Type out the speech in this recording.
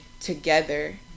together